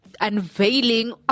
unveiling